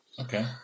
Okay